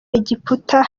egiputa